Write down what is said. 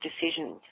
decisions